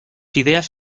ideas